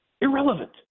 irrelevant